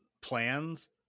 plans